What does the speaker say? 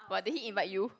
what did he invite you